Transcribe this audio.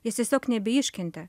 jis tiesiog nebeiškentė